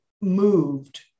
moved